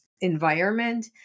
environment